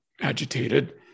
agitated